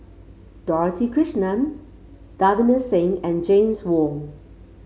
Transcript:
Dorothy Krishnan Davinder Singh and James Wong